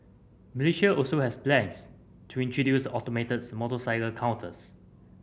Malaysia also has plans to introduce automates motorcycle counters